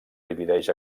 divideix